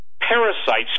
parasites